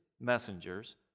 messengers